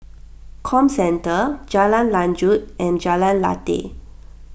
Comcentre Jalan Lanjut and Jalan Lateh